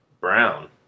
Brown